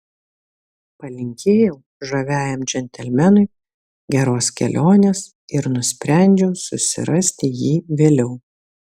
palinkėjau žaviajam džentelmenui geros kelionės ir nusprendžiau susirasti jį vėliau